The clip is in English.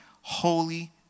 holy